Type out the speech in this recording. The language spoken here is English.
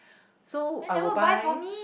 so I would buy